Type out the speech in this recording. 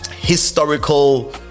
Historical